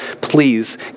please